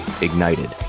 Ignited